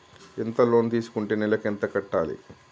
ఎంత లోన్ తీసుకుంటే నెలకు ఎంత కట్టాలి?